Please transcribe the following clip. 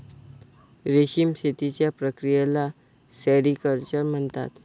रेशीम शेतीच्या प्रक्रियेला सेरिक्चर म्हणतात